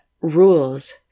rules